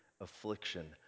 affliction